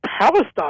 Palestine